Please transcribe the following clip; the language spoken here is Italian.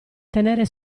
tenere